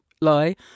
lie